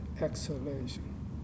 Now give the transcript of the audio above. exhalation